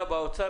אם אתה באוצר,